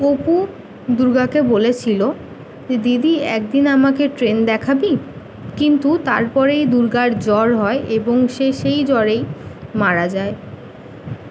অপু দুর্গাকে বলেছিলো যে দিদি একদিন আমাকে ট্রেন দেখাবি কিন্তু তারপরেই দুর্গার জ্বর হয় এবং সে সেই জ্বরেই মারা যায়